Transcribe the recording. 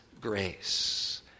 grace